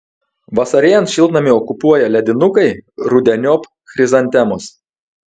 vasarėjant šiltnamį okupuoja ledinukai rudeniop chrizantemos